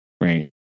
Right